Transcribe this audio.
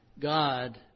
God